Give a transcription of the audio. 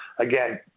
again